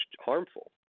harmful